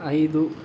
ಐದು